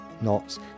knots